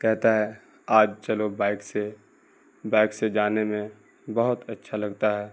کہتا ہے آج چلو بائک سے بائک سے جانے میں بہت اچھا لگتا ہے